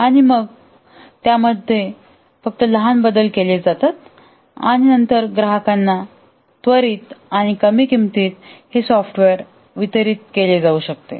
आणि मग त्यामध्ये यामध्ये फक्त लहान बदल केले जाऊ शकतात आणि नंतर ग्राहकांना त्वरित आणि कमी किंमतीत सॉफ्टवेअर वितरित केले जाऊ शकते